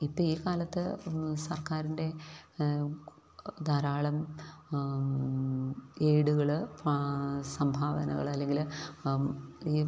ഇപ്പോള് ഈ കാലത്ത് സർക്കാരിൻ്റെ ധാരാളം എയ്ഡുകള് സംഭാവനകള് അല്ലെങ്കില് ഈ